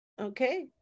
Okay